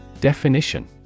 Definition